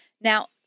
Now